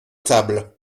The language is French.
tables